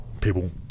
people